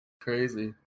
Crazy